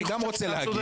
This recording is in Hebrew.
אני גם רוצה להגיב.